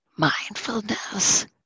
Mindfulness